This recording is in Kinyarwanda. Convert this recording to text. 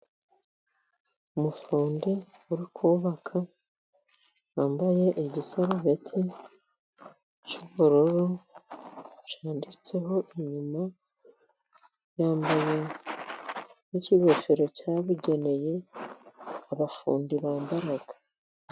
Umufundi uri kubaka wambaye igisarubeti cy'ubururu cyanditseho inyuma, yambaye y'ikigofero cyabugenewe abafundi bambara.